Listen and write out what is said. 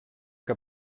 que